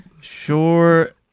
Sure